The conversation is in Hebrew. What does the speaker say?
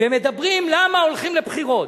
ומדברים למה הולכים לבחירות,